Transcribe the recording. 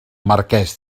marquès